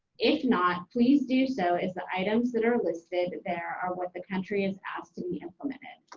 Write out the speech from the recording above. if not, please do so as the items that are listed there are what the country is asked to implemented?